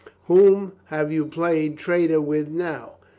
whom have you played traitor with now?